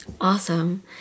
Awesome